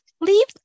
leave